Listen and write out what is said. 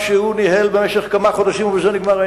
מציע לחברי קדימה: אם אתם באמת רוצים להגיע לשלום,